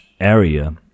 area